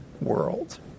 world